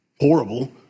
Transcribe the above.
horrible